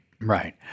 Right